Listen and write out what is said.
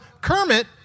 Kermit